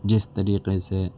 جس طریقے سے